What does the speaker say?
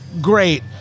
great